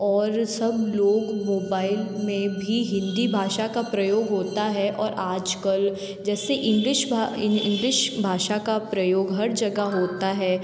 और सब लोग मोबाइल में भी हिंदी भाषा का प्रयोग होता है और आज कल जैसे इंग्लिश भा इंग्लिश इंग्लिश भाषा का प्रयोग हर जगह होता है